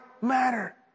matter